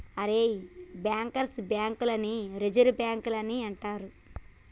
ఒరేయ్ bankers bank లని reserve బాంకులని అంటారు